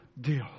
deal